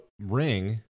ring